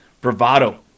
bravado